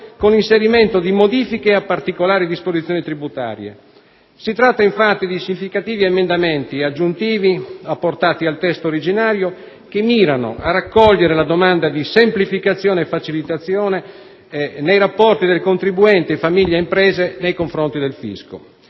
con l'inserimento di modifiche a particolari disposizioni tributarie. Si tratta, infatti, di significativi emendamenti aggiuntivi apportati al testo originario, che mirano a raccogliere la domanda di semplificazione e facilitazione nei rapporti tra il contribuente (famiglie e imprese) ed il fisco.